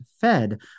fed